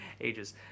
ages